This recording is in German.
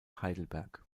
heidelberg